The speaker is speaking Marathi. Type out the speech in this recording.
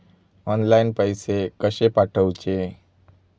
ऑनलाइन पैसे कशे पाठवचे?